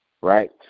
right